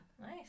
Nice